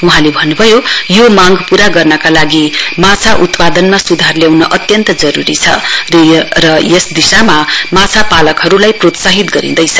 वहाँले भन्नुभयो यो मांग पूरा गर्नका लागि माछा उत्पादनमा सुधार ल्याउन अत्यन्त जरुरी छ र यस दिशामा माछापालकहरुलाई प्रोत्साहित गरिँदैछ